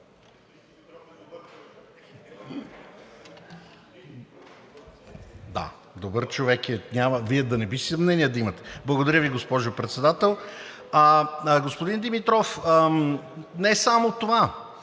Да, добър човек е. Вие да не би да имате съмнения? Благодаря Ви, госпожо Председател. Господин Димитров, не само това,